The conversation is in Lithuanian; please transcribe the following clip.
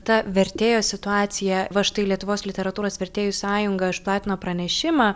ta vertėjo situacija va štai lietuvos literatūros vertėjų sąjunga išplatino pranešimą